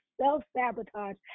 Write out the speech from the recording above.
self-sabotage